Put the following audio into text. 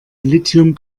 lithium